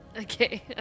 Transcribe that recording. Okay